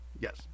Yes